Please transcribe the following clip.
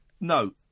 No